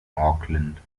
auckland